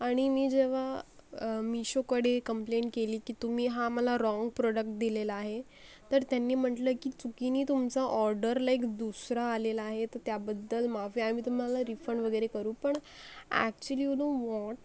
आणि मी जेव्हा मीशोकडे कंप्लेंट केली की तुम्ही हा मला रॉन्ग प्रोडक्ट दिलेला आहे तर त्यांनी म्हटलं की चुकीने तुमचं ऑर्डर लाईक दुसरा आलेला आहे तर त्याबद्दल माफी आम्ही तुम्हाला रिफंड वगैरे करू पण ॲक्च्युली यू नो व्हॉट